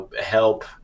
help